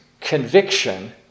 conviction